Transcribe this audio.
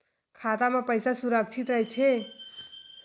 खाता मा पईसा सुरक्षित राइथे?